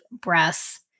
breaths